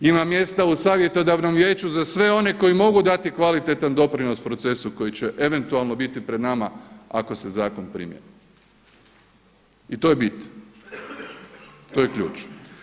Ima mjesta u savjetodavnom vijeću za sve one koji mogu dati kvalitetan doprinos procesu koji će eventualno biti pred nama ako se zakon primijeni i to je bit, to je ključ.